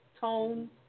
tone